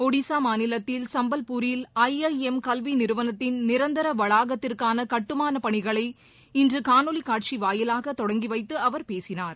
ஒடிஸாமாநிலத்தில் சும்பல்பூரில் IIM கல்விநிறுவளத்தின் நிரந்தரவளாகத்திற்கானகட்டுமானப் பணிகளை இன்றுகாணொலிகாட்சிவாயிலாகதொடங்கிவைத்துஅவர் பேசினார்